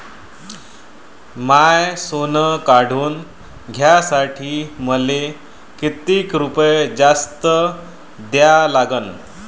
माय सोनं काढून घ्यासाठी मले कितीक रुपये जास्त द्या लागन?